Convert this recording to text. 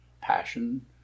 passion